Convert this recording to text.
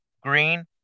green